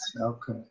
okay